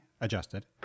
adjusted